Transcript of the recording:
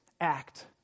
act